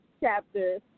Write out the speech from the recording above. chapter